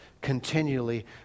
continually